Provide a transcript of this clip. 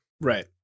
right